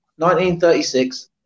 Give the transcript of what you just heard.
1936